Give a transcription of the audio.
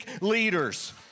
leaders